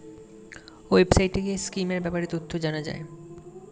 ওয়েবসাইটে গিয়ে স্কিমের ব্যাপারে তথ্য জানা যায়